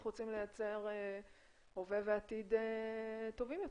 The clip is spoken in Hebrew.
רוצים לייצר הווה ועתיד טובים יותר.